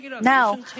Now